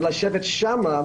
לשבת שם?